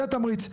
זה תמריץ.